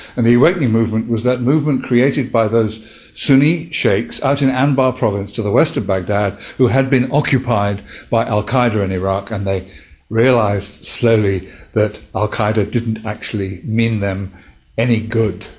and the awakening movement was that movement created by those sunni sheiks out in anbar province to the west of baghdad who had been occupied by al qaeda in iraq and they realised slowly that al qaeda didn't actually mean them any good,